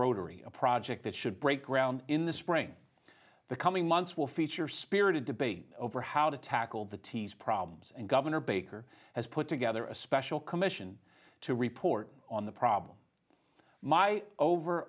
rotary a project that should break ground in the spring the coming months will feature spirited debate over how to tackle the problems and governor baker has put together a special commission to report on the problem my over